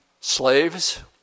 slaves